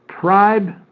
tribe